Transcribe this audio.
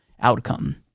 outcome